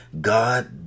God